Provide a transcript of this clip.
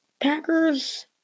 Packers